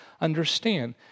understand